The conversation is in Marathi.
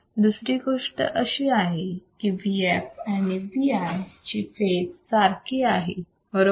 दुसरी गोष्ट अशी आहे की Vf आणि Vi ची फेज सारखी आहे बरोबर